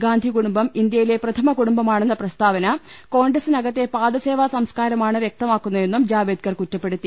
ഗാന്ധി കുടുംബം ഇന്ത്യയിലെ പ്രഥമ കുടുംബമാണെന്നും പ്രസ്താവന കോൺഗ്രസിനകത്തെ പാദസേവാ സംസ്കാരമാണ് വ്യക്തമാക്കു ന്നതെന്നും ജാവ്ദേക്കർ കുറ്റപ്പെടുത്തി